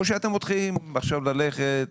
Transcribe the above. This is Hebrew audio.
או שאתם מתחילים עכשיו ללכת,